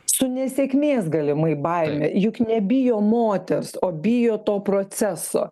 su nesėkmės galimai baime juk nebijo moters o bijo to proceso